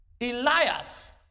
Elias